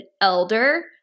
elder